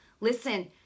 listen